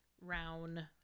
Round